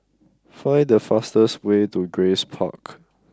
find the fastest way to Grace Park